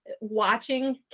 watching